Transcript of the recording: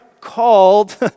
called